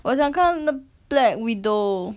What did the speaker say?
我想看 black black widow